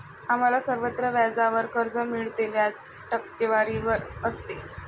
आम्हाला सर्वत्र व्याजावर कर्ज मिळते, व्याज टक्केवारीवर असते